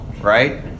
right